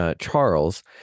Charles